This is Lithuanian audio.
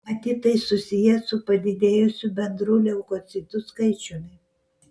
matyt tai susiję su padidėjusiu bendru leukocitų skaičiumi